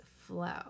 flow